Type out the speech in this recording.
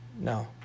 No